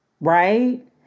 right